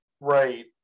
Right